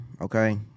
okay